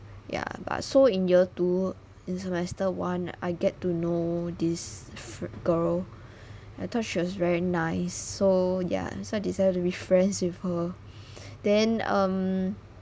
ya but so in year two in semester one I get to know this fr~ girl I thought she was very nice so ya so I decided to be friends with her then um